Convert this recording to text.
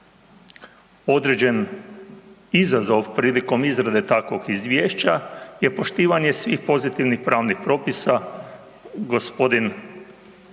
određen izazov prilikom izrade takvog izvješća je poštivanje svih pozitivnih pravnih propisa, g.